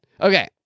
Okay